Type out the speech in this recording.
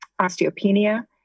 osteopenia